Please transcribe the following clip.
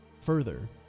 Further